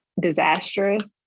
disastrous